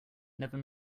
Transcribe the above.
never